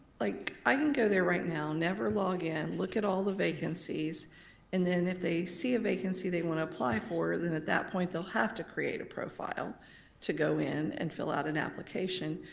like i can go there right now, never log in, look at all the vacancies and then if they see a vacancy they'd wanna apply for then at that point they'll have to create a profile to go in and fill out an application.